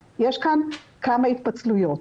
יש כאן כמה התפצלויות.